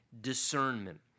discernment